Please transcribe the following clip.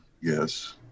Yes